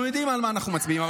אנחנו יודעים על מה אנחנו מצביעים.